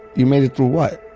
you made it through what?